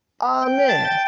amen